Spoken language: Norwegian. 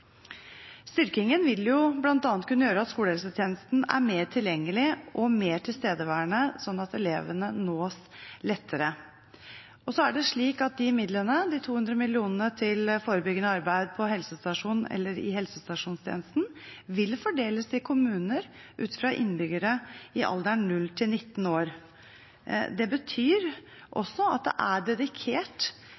Styrkingen vil jo bl.a. kunne gjøre at skolehelsetjenesten er mer tilgjengelig og mer tilstedeværende sånn at elevene nås lettere. Det er slik at de midlene – 200 mill. kr til forebyggende arbeid på helsestasjon eller i helsestasjonstjenesten – vil fordeles til kommuner ut fra antallet innbyggere i alderen 0–19 år. Det betyr også at det er dedikert til helse og